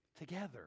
together